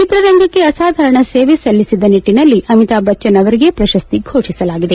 ಚಿತ್ರರಂಗಕ್ಷೆ ಅಸಾಧಾರಣ ಸೇವೆ ಸಲ್ಲಿಸಿದ ನಿಟ್ಲನಲ್ಲಿ ಅಮಿತಾಬ್ ಬಚ್ಚನ್ ಅವರಿಗೆ ಪ್ರಶಸ್ತಿ ಘೋಷಿಸಲಾಗಿದೆ